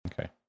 Okay